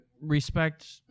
respect